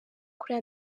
kuri